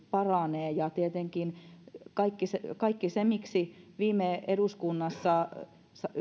paranevat tietenkin kaikki se kaikki se miksi viime eduskunnassa